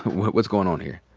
what's goin' on here?